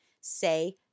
Say